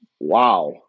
Wow